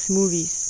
movies